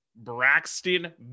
Braxton